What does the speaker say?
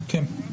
כן.